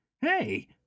Hey